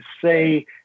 say